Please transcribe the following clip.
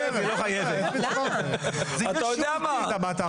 אתה יודע מה?